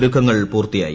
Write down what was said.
ഒരുക്കങ്ങൾ പൂർത്തിയായി